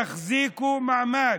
תחזיקו מעמד,